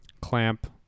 clamp